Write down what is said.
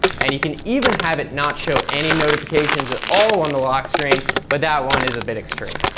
and you can even have it not show any notifications at all on the lock screen, but that one is a bit extreme.